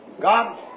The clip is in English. God